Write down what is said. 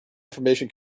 information